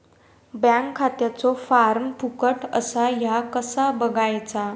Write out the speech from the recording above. Bank खात्याचो form फुकट असा ह्या कसा बगायचा?